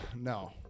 no